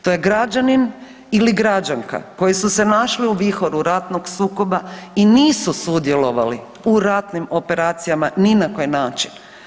To je građanin ili građanka koji su se našli u vihoru ratnog sukoba i nisu sudjelovali u ratnim operacijama ni na koji način.